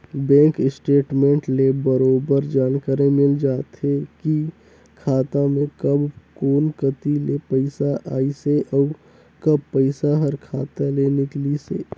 bank statement ले बरोबर जानकारी मिल जाथे की खाता मे कब कोन कति ले पइसा आइसे अउ कब पइसा हर खाता ले निकलिसे